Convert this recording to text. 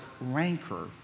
rancor